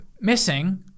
missing